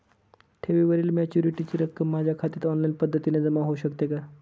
ठेवीवरील मॅच्युरिटीची रक्कम माझ्या खात्यात ऑनलाईन पद्धतीने जमा होऊ शकते का?